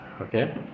Okay